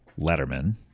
Letterman